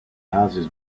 houses